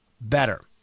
better